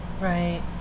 right